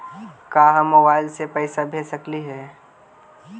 का हम मोबाईल से पैसा भेज सकली हे?